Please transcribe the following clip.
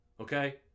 okay